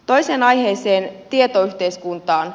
toiseen aiheeseen tietoyhteiskuntaan